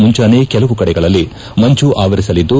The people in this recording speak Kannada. ಮುಂಜಾನೆ ಕೆಲವು ಕಡೆಗಳಲ್ಲಿ ಮಂಜು ಆವರಿಸಲಿದ್ದು